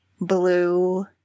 blue